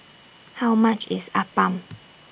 How much IS Appam